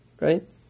right